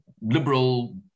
liberal